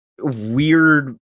weird